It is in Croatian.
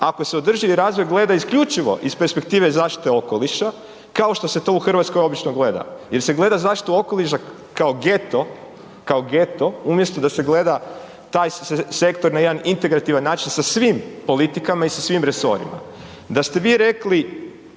ako se održivi razvoj gleda isključivo iz perspektivne zaštite okoliša, kao što se to u Hrvatskoj obično gleda jer se gleda zaštitu okoliša kao geto, kao geto, umjesto da se gleda taj sektor na jedan integrativan način sa svim politikama i sa svim resorima. Da ste vi rekli,